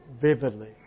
vividly